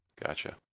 Gotcha